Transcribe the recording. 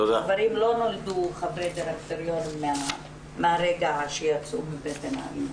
הגברים לא נולדו חברי דירקטוריון מהרקע שיצאו מבטן האימא.